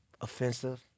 offensive